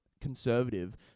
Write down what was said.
conservative